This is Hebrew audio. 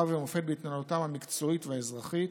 ומופת בהתנהלותם המקצועית והאזרחית.